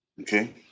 Okay